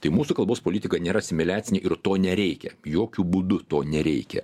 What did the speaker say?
tai mūsų kalbos politika nėra asimiliacinė ir to nereikia jokiu būdu to nereikia